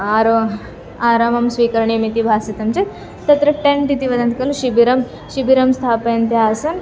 आरोपणम् आरामं स्वीकरणीयम् इति भासितं चेत् तत्र टेण्ट् इति वदन्ति कलु शिबिरं शिबिरं स्थापयन्त्यासं